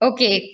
Okay